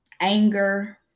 anger